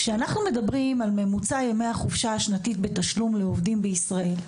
כשאנחנו מדברים על ממוצע ימי החופשה השנתית בתשלום לעובדים בישראל,